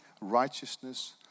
righteousness